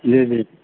جی جی